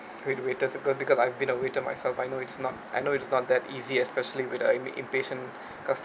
with waiters cause~ because I've been a waiter myself I know it's not I know it's not that easy especially with a a impatient